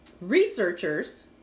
Researchers